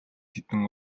хэдэн